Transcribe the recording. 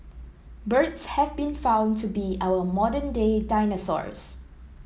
birds have been found to be our modern day dinosaurs